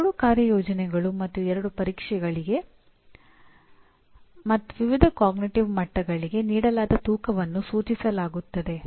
ಎರಡು ಕಾರ್ಯಯೋಜನೆಗಳು ಮತ್ತು ಎರಡು ಪರೀಕ್ಷೆಗಳಿವೆ ಮತ್ತು ವಿವಿಧ ಅರಿವಿನ ಮಟ್ಟಗಳಿಗೆ ನೀಡಲಾದ ತೂಕವನ್ನು ಸೂಚಿಸಲಾಗುತ್ತದೆ